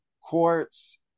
quartz